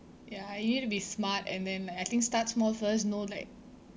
ya you need to be smart and then I think start small first know like